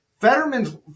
Fetterman's